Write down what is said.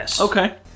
Okay